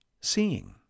seeing